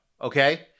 okay